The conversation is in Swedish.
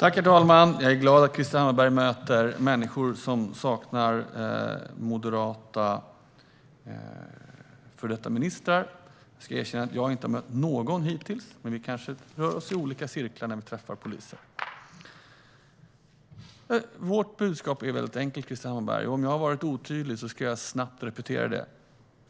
Herr talman! Jag är glad att Krister Hammarbergh möter människor som saknar moderata före detta ministrar. Jag ska erkänna att jag inte har mött någon hittills. Men vi kanske rör oss i olika cirklar när vi träffar poliser. Vårt budskap är väldigt enkelt, Krister Hammarbergh, och om jag har varit otydlig ska jag snabbt repetera det: